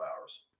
hours